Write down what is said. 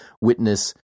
witness